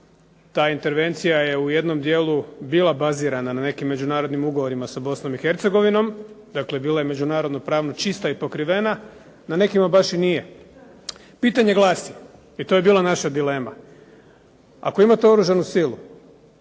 Ta intervencija je u jednom dijelu bila bazirana na nekim međunarodnim ugovorima sa Bosnom i Hercegovinom, dakle bila je međunarodnopravna čista i pokrivena, na nekima baš i nije. Pitanje glasi, i to je bila naša dilema, ako imate oružanu silu,